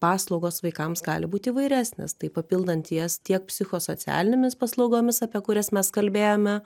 paslaugos vaikams gali būti įvairesnės tai papildant jas tiek psichosocialinėmis paslaugomis apie kurias mes kalbėjome